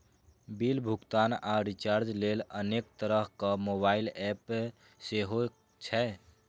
bill भुगतान आ recharge लेल अनेक तरहक मोबाइल एप सेहो छै